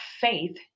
faith